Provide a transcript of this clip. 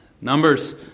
Numbers